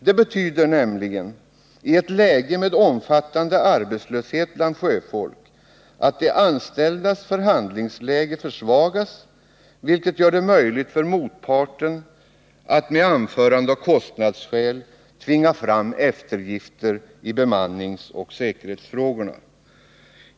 Det betyder nämligen i ett läge med omfattande arbetslöshet bland sjöfolk att de anställdas förhandlingsläge försvagas, vilket gör det möjligt för motparten att med anförande av kostnadsskäl tvinga fram eftergifter i bemanningsoch säkerhetsfrågorna.